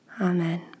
Amen